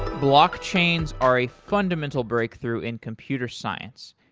blockchains are a fundamental breakthrough in computer science,